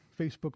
Facebook